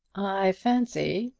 i fancy,